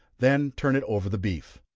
then turn it over the beef.